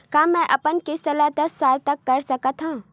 का मैं अपन किस्त ला दस साल तक कर सकत हव?